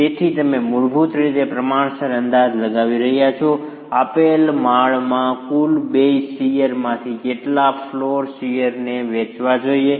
તેથી તમે મૂળભૂત રીતે પ્રમાણસર અંદાજ લગાવી રહ્યા છો આપેલ માળમાં કુલ બેઝ શીયરમાંથી કેટલા ફ્લોર શીયરને વહેંચવા જોઈએ